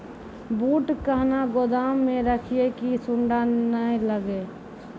बूट कहना गोदाम मे रखिए की सुंडा नए लागे?